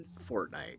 Fortnite